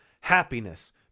happiness